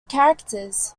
characters